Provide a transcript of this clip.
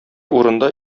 урында